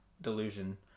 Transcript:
delusion